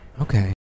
okay